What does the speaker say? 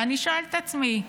ואני שואלת את עצמי,